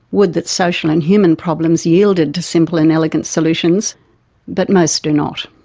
would that social and human problems yielded to simple and elegant solutions but most do not.